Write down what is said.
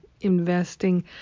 investing